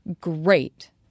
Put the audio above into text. Great